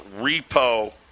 repo